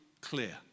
clear